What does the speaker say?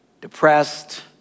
depressed